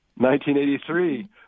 1983